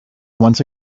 once